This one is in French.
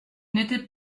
n’était